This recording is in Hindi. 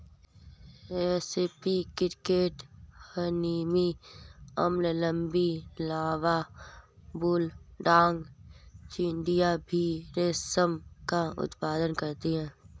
रेस्पी cricket, honeybee, bumblebee larva, bulldog चींटियां भी रेशम का उत्पादन करती हैं